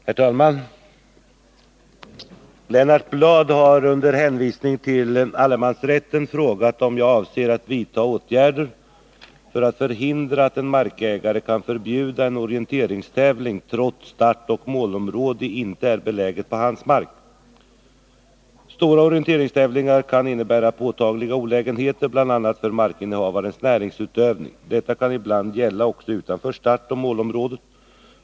Herr talman! Lennart Bladh har, under hänvisning till allemansrätten, frågat om jag avser att vidta åtgärder för att förhindra att en markägare kan förbjuda en orienteringstävling, trots att startoch målområde inte är beläget på hans mark. Stora orienteringstävlingar kan innebära påtagliga olägenheter bl.a. för markinnehavares näringsutövning. Detta kan ibland gälla också utanför startoch målområdet.